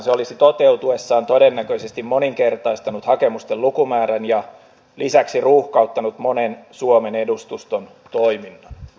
se olisi toteutuessaan todennäköisesti moninkertaistanut hakemusten lukumäärän ja lisäksi ruuhkauttanut monen suomen edustuston toiminnan